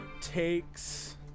takes